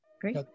Great